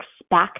expect